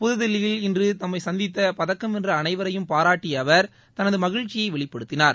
புதுதில்லியில் இன்று தம்மை சந்தித்த பதக்கம் வென்ற அனைவரையும் பாராட்டிய அவர் தனது மகிழ்ச்சியை வெளிப்படுத்தினார்